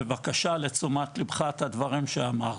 בבקשה לתשומת ליבך הדברים שאמרתי.